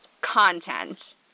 content